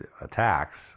attacks